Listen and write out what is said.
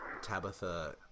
Tabitha